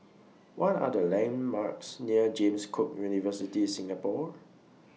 What Are The landmarks near James Cook University Singapore